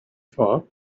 thought